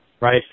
right